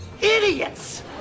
idiots